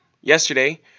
yesterday